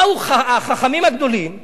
באו החכמים הגדולים ואמרו: